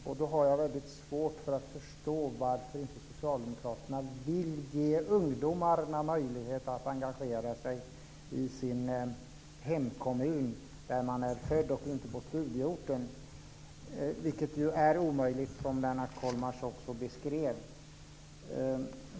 Jag har då väldigt svårt att förstå varför inte Socialdemokraterna vill ge ungdomarna möjlighet att engagera sig i sin hemkommun där de är födda och inte på studieorten, vilket ju är omöjligt, som Lennart Kollmats också beskrev.